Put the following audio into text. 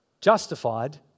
justified